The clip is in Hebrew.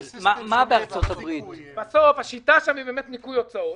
בארצות הברית השיטה היא ניכוי הוצאות.